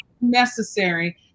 necessary